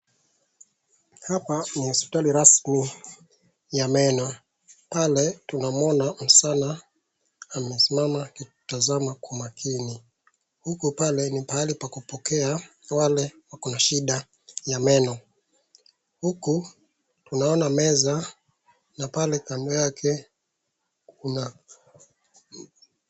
Hapa ni hospitali rasmi ya meno. Pale tunamuona msichana amesimama akitazama kwa makini. Huku pale ni pahali pa kupokea wale wako na shida ya meno. Huku tunaoana meza na pale kando yake kuna.